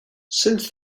since